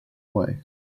way